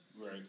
Right